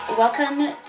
Welcome